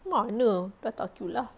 mana dah tak cute lah